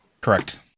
Correct